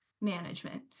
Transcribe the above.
management